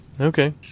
Okay